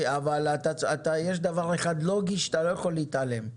יש דבר אחד לוגי שאתה לא יכול להתעלם ממנו.